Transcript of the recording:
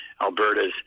Alberta's